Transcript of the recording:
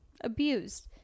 abused